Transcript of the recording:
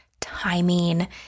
timing